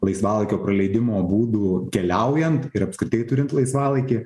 laisvalaikio praleidimo būdų keliaujant ir apskritai turint laisvalaikį